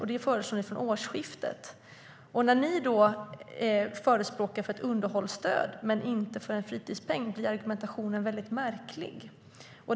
Det föreslår ni från årsskiftet. När ni förespråkar ett underhållsstöd men inte en fritidspeng blir argumentationen väldigt märklig.